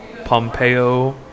Pompeo